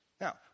Now